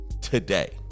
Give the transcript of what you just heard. today